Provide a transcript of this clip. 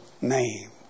name